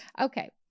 Okay